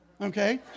okay